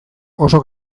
oso